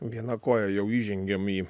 viena koja jau įžengėm į